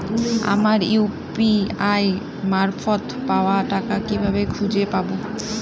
আমার ইউ.পি.আই মারফত পাওয়া টাকা কিভাবে খুঁজে পাব?